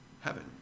heaven